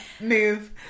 move